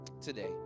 today